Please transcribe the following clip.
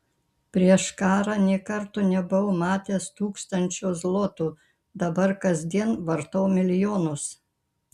prieš karą nė karto nebuvau matęs tūkstančio zlotų dabar kasdien vartau milijonus